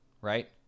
right